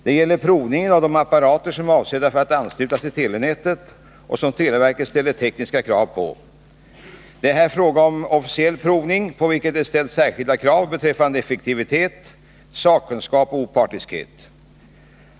Det gäller provningen av de apparater som är avsedda att anslutas till telenätet och som televerket ställer tekniska krav på. Det är här fråga om officiell provning, på vilken det ställs särskilda krav beträffande effektivitet, sakkunskap och opartiskhet.